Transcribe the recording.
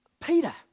Peter